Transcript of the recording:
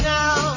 now